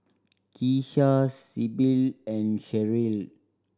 Keesha Sybil and Sherryl